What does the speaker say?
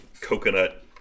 coconut